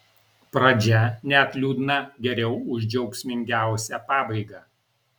pradžia net liūdna geriau už džiaugsmingiausią pabaigą